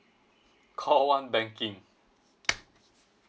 call one banking